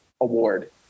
award